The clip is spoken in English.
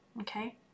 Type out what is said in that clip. Okay